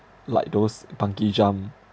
like those bungee jump